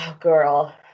girl